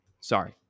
Sorry